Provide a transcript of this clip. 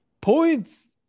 Points